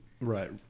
Right